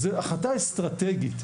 זאת החלטה אסטרטגית.